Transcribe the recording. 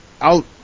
out